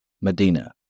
Medina